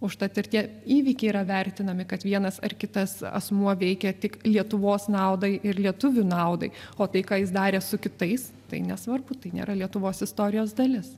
užtat ir tie įvykiai yra vertinami kad vienas ar kitas asmuo veikia tik lietuvos naudai ir lietuvių naudai o tai ką jis darė su kitais tai nesvarbu tai nėra lietuvos istorijos dalis